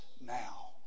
now